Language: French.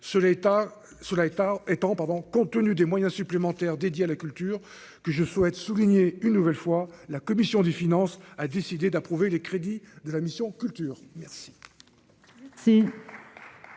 pardon, compte tenu des moyens supplémentaires dédiés à la culture que je souhaite souligner une nouvelle fois la commission des finances, a décidé d'approuver les crédits de la mission culture. Merci.